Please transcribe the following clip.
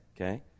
okay